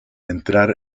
entrar